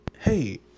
Hey